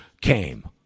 came